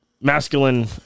masculine